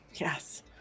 Yes